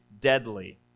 deadly